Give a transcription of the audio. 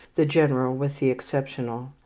the general with the exceptional.